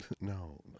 no